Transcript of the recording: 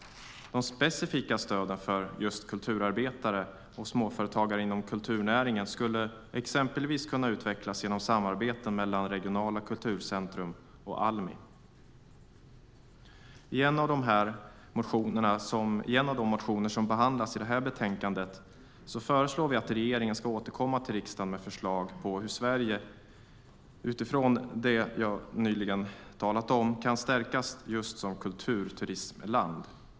Det specifika stödet för kulturarbetare och småföretagare inom kulturnäringen skulle exempelvis kunna utvecklas genom samarbeten mellan regionala kulturcentrum och Almi. I en av de motioner som behandlas i betänkandet föreslår vi att regeringen ska återkomma till riksdagen med förslag på hur Sverige, utifrån det som jag nyss talat om, kan stärkas just som kulturturismland.